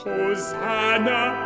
Hosanna